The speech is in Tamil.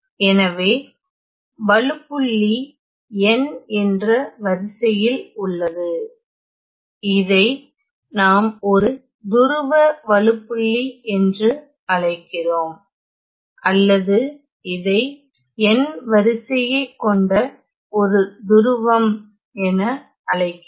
எனவே வழுப்புள்ளி n என்ற வரிசையில் உள்ளது இதை நாம் ஒரு துருவ வழுப்புள்ளி என்று அழைக்கிறோம் அல்லது இதை n வரிசையை கொண்ட ஒரு துருவம் என அழைக்கிறேன்